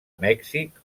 mèxic